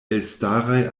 elstaraj